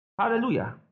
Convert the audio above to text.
Hallelujah